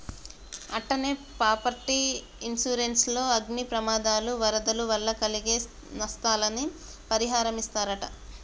అట్టనే property insurance లో అగ్ని ప్రమాదాలు, వరదల వల్ల కలిగే నస్తాలని పరిహారమిస్తరట